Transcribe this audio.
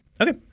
Okay